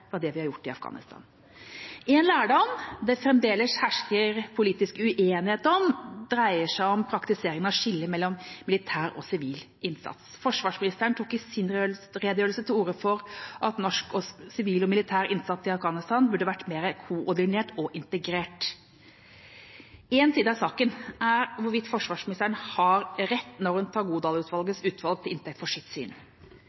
det vi har gjort i Afghanistan. En lærdom det fremdeles hersker politisk uenighet om, dreier seg om praktiseringen av skillet mellom militær og sivil innsats. Forsvarsministeren tok i sin redegjørelse til orde for at norsk sivil og militær innsats i Afghanistan burde vært mer koordinert og integrert. En side av saken er hvorvidt forsvarsministeren har rett når hun tar